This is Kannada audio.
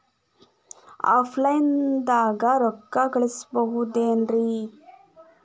ಆಫ್ಲೈನ್ ದಾಗ ರೊಕ್ಕ ಕಳಸಬಹುದೇನ್ರಿ?